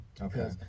Okay